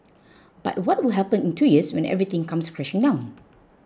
but what will happen in two years when everything comes crashing down